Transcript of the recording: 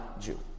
Jew